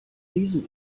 diesem